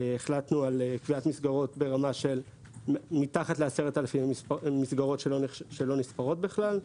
החלטנו על קביעת מסגרות ברמה של מתחת ל-10,000 מסגרות שלא נספרות בכלל,